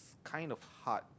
kind of hard